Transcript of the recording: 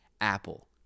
apple